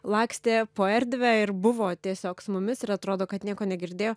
lakstė po erdvę ir buvo tiesiog su mumis ir atrodo kad nieko negirdėjo